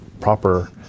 proper